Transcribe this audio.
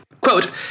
Quote